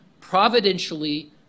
providentially